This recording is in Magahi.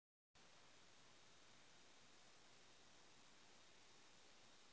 माटिर पहचान कुंसम करे करूम?